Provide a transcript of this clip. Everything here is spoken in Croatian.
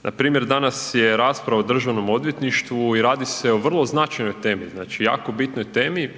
stvar, npr. danas je rasprava o državnom odvjetništvu i radi se o vrlo značajnoj temi, znači jako bitnoj temi